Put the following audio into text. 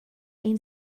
ein